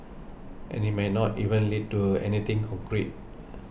and it might not even lead to anything concrete